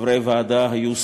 חברי הוועדה היו סבורים,